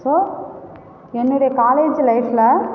so என்னுடைய college ஃலைப்பில்